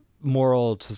moral